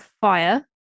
fire